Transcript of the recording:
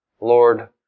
lord